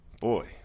boy